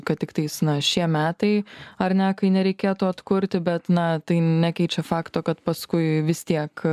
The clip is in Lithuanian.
kad tiktais na šie metai ar ne kai nereikėtų atkurti bet na tai nekeičia fakto kad paskui vis tiek